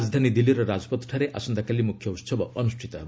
ରାଜଧାନୀ ଦିଲ୍ଲୀର ରାଜପଥଠାରେ ଆସନ୍ତାକାଲି ମୁଖ୍ୟ ଉତ୍ସବ ଅନୁଷ୍ଠିତ ହେବ